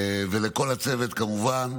ולכל הצוות, כמובן,